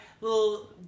little